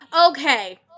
Okay